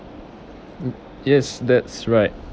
yes that's right